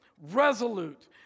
resolute